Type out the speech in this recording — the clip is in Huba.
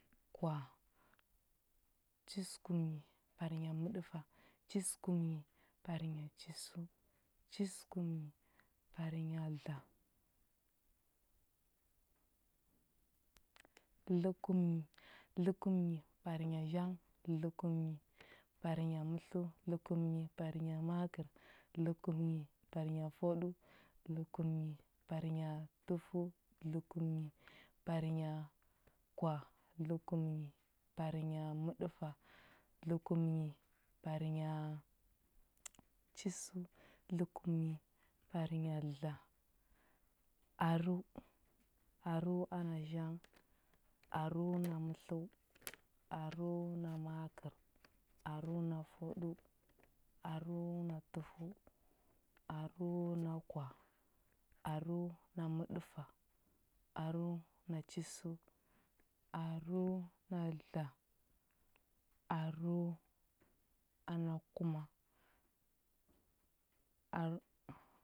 Kwah, chisəkumnyi parnya məɗəfa, chisəkumnyi parnya chisəu, chisəkumnyi parnya dla, dləkumnyi. Dləkumnyi parnya zhang, dləkumnyi parnya mətləu, dləkumnyi parnya makər, dləkəmnyi parnya fwaɗəu, dləkumnyi parnya tufəu, dləkumnyi parnya kwah, dləkumnyi parnya məɗəfa, dləkumnyi parnya chisəu, dləkumnyi parnya dla, arəu. Arəu ana zhang, arəu na mətləu, arəu na makər, arəu na fwaɗəu, arəu na tufəu, arəu na kwah, arəu na məɗəfa, arəu na chisəu, arəu na dla, arəu ana kuma, a